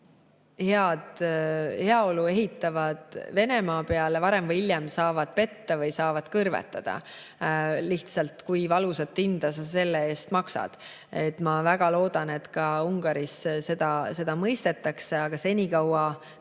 või heaolu ehitavad Venemaa peale, varem või hiljem saavad petta või saavad kõrvetada. Lihtsalt [küsimus on,] kui valusat hinda sa selle eest maksad. Ma väga loodan, et ka Ungaris seda mõistetakse. Aga senikaua